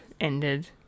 ended